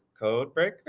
Codebreaker